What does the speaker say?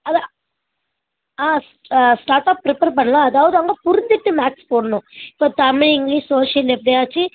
அதான் ஆ ஷார்ட்டாக ப்ரிப்பேர் பண்ணலாம் அதாவது அவங்க புரிஞ்சிட்டு மேக்ஸ் போடணும் ஸோ தமிழ் இங்கிலிஷ் சோசியல் எப்டியாச்சு